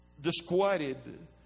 disquieted